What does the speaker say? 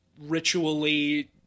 ritually